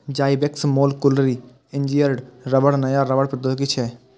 Zyvex molecularly engineered रबड़ नया रबड़ प्रौद्योगिकी छियै